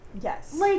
Yes